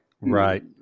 right